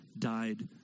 died